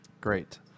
Great